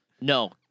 No